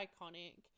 iconic